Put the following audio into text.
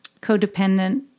codependent